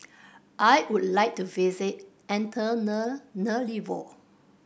I would like to visit Antananarivo